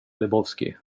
lebowski